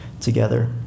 together